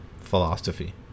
philosophy